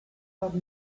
but